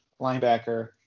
linebacker